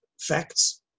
facts